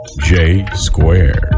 J-Square